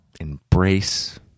Embrace